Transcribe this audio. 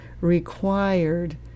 required